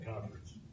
conference